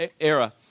era